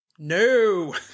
No